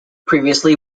previously